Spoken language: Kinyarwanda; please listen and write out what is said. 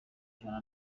ijana